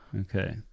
okay